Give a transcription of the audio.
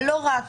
אבל לא רק.